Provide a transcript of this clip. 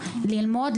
ללמוד,